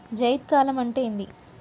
జైద్ కాలం అంటే ఏంది?